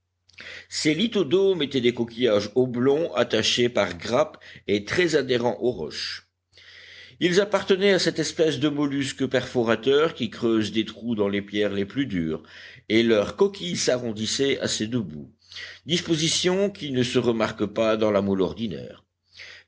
lithodomes étaient des coquillages oblongs attachés par grappes et très adhérents aux roches ils appartenaient à cette espèce de mollusques perforateurs qui creusent des trous dans les pierres les plus dures et leur coquille s'arrondissait à ses deux bouts disposition qui ne se remarque pas dans la moule ordinaire